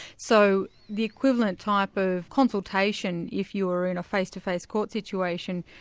so the equivalent type of consultation, if you were in a face-to-face court situation,